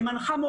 מנחה מורים,